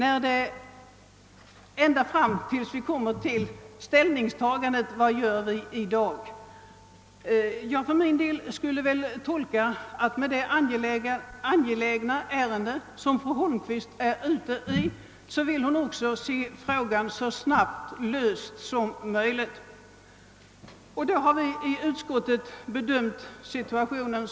Vad som skiljer är endast vad det är rimligt att göra i dag. Med hänsyn till det angelägna ärende som fru Holmqvist är ute i vill hon väl också se frågan löst så snabbt som möjligt.